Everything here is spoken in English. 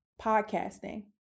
Podcasting